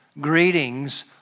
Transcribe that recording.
Greetings